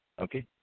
okay